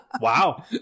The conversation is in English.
Wow